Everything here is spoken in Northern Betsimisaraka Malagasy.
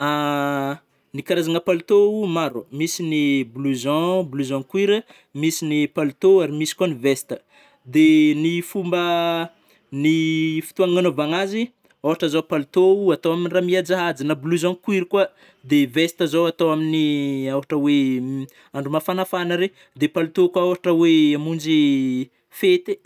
Ny karazagna palitao maro, misy ny blouson, blouson cuir a, misy ny palitao ary misy koa ny veste a, de ny fomba a ny fomba ny fotoagna agnanaovanazy ôhatra zao palitao atao am rah mihajahaja na blouson cuir koa, de veste zao atao amin'ny ôhatra oe andro mafanafana regny, de palitao koa ôhatra oe amonjy fety.